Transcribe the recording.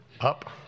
up